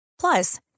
Plus